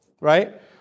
Right